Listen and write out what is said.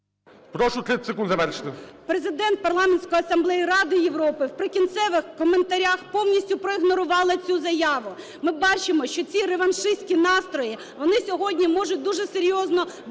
Прошу 30 секунд завершити. ГЕРАЩЕНКО І.В. Президент Парламентської Асамблеї Ради Європи в прикінцевих коментарях повністю проігнорували цю заяву. Ми бачимо, що ці реваншистські настрої, вони сьогодні можуть дуже серйозно бити